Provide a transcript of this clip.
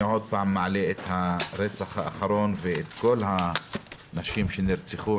אני עוד פעם מעלה את הרצח האחרון ואת כל הנשים שנרצחו,